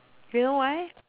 you know why